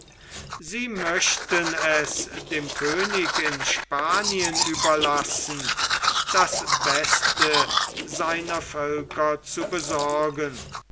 sie möchten es dem könig in spanien überlassen das beste seiner völker zu besorgen